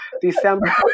December